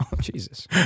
Jesus